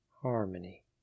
harmony